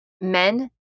men